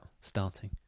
starting